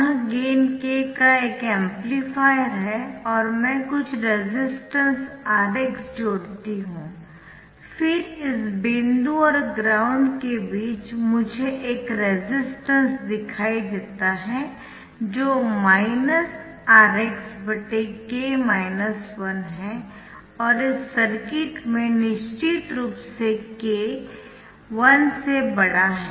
यह gain k का एक एम्पलीफायर है और मैं कुछ रेसिस्टेंस Rx जोड़ती हूं फिर इस बिंदु और ग्राउंड के बीच मुझे एक रेसिस्टेंस दिखाई देता है जो Rxk 1 है और इस सर्किट में निश्चित रूप से k1 है